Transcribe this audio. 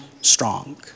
strong